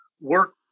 work